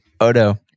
Odo